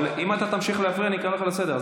אבל אם אתה תמשיך להפריע אני אקרא אותך לסדר,